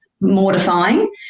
mortifying